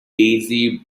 daisy